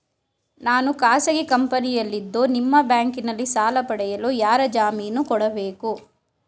ನಾನು ಖಾಸಗಿ ಕಂಪನಿಯಲ್ಲಿದ್ದು ನಿಮ್ಮ ಬ್ಯಾಂಕಿನಲ್ಲಿ ಸಾಲ ಪಡೆಯಲು ಯಾರ ಜಾಮೀನು ಕೊಡಬೇಕು?